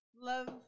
love